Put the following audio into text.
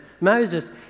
Moses